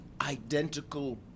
identical